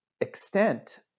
extent